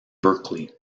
berkeley